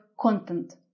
content